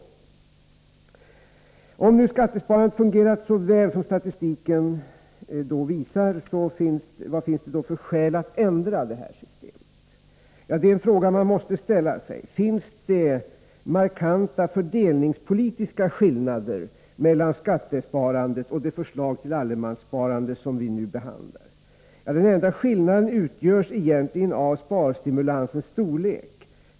Om nu skattesparandet fungerat så väl som statistiken visar, vad finns det då för skäl att ändra detta system? Ja, det är en fråga man måste ställa sig. Finns det markanta fördelningspolitiska skillnader mellan skattesparandet och det förslag till allemanssparande som vi nu behandlar? Ja, den enda skillnaden utgörs egentligen av sparstimulansens storlek.